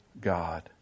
God